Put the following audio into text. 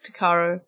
Takaro